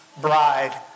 bride